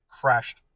crashed